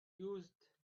used